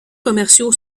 commerciaux